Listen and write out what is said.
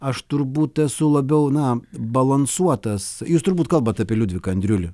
aš turbūt esu labiau na balansuotas jūs turbūt kalbat apie liudviką andriulį